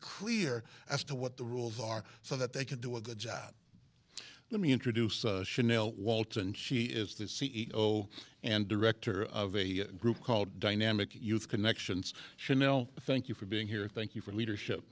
clear as to what the rules are so that they can do a good job let me introduce chanel walton she is the c e o and director of a group called dynamic youth connections chanel thank you for being here thank you for leadership